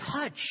touch